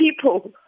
people